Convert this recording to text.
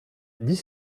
dix